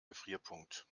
gefrierpunkt